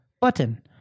button